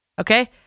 okay